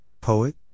poet